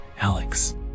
Alex